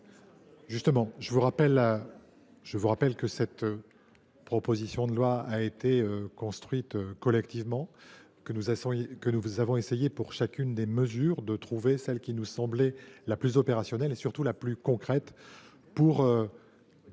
rapporteur. Je rappelle que cette proposition de loi a été construite collectivement, que nous avons essayé, pour chacune des mesures, de trouver celle qui nous semblait la plus opérationnelle, la plus concrète, pour traiter